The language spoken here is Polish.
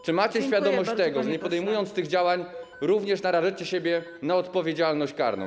Czy macie świadomość tego, że nie podejmując tych działań, również narażacie się na odpowiedzialność karną?